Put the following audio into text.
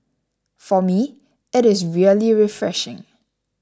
for me it is really refreshing